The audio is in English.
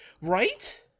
Right